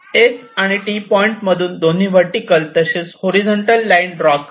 S आणि T point मधून दोन्ही वर्टीकल तसेच हॉरिझॉन्टल लाईन ड्रॉ करा